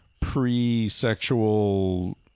pre-sexual